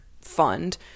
fund